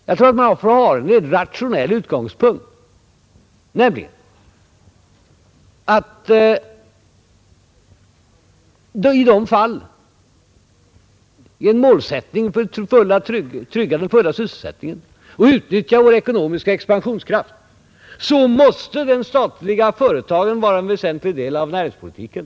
Man får ha en rationell utgångspunkt, nämligen att i de fall man har målsättningen att trygga den fulla sysselsättningen och utnyttja den ekonomiska expansionskraften måste den statliga företagsamheten vara en väsentlig del av näringspolitiken.